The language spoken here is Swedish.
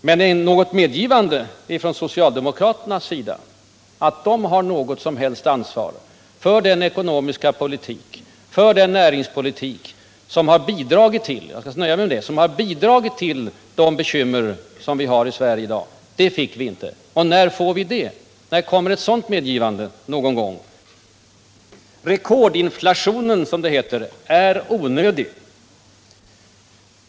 Men något medgivande från socialdemokraternas sida om att de bär något ansvar för den ekonomiska politiken, för den näringspolitik som har bidragit — jag skall nöja mig med att säga så — till de bekymmer som vi har i Sverige i dag, det fick vi inte. När får vi det? När kommer ett sådant medgivande? Rekordinflationen — sade herr Palme — är onödig.